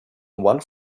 one